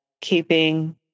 keeping